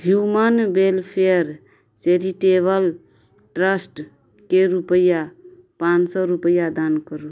human welfare charitable ट्रस्टकेँ रुपैआ पाँच सओ रुपैआ दान करू